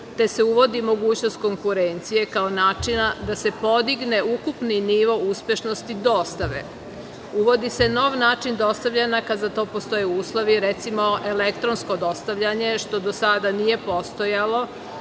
te se uvodi mogućnost konkurencije, kao načina da se podigne ukupni nivo uspešnosti dostave. Uvodi se nov način dostavljanja, kada za to postoje uslovi, recimo elektronsko dostavljanje, što do sada nije postojalo.